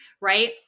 right